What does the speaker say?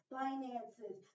finances